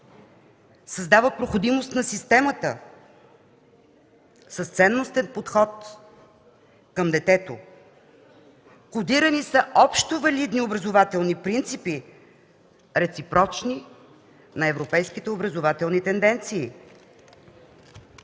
създава проходимост на системата, с ценностен подход към детето, входирани общовалидни образователни принципи, реципрочни на европейските образователни тенденции.